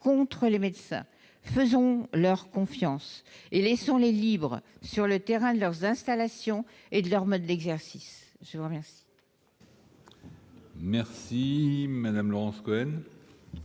contre les médecins. Faisons-leur confiance et laissons-les libres sur le terrain de leur installation et de leur mode d'exercice. La parole est à Mme Laurence Cohen,